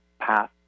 path